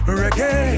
reggae